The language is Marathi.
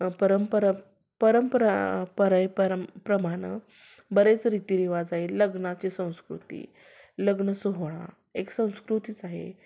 परंपर परंपरा परे परम प्रमानं बरेच रीतिरिवाज आहे लग्नाचे संस्कृती लग्न सोहळा एक संस्कृतीच आहे